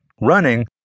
Running